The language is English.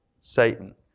Satan